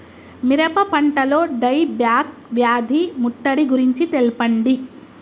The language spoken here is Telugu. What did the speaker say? మిరప పంటలో డై బ్యాక్ వ్యాధి ముట్టడి గురించి తెల్పండి?